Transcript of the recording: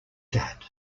that